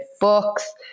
books